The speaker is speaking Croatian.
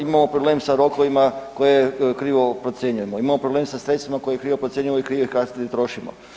Imamo problem sa rokovima koje krivo procjenjujemo, imamo problem sa sredstvima koje krivo procjenjujemo i krivo kasnije i trošimo.